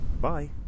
Bye